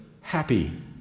happy